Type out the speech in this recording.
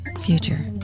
future